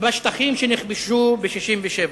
בשטחים שנכבשו ב-1967.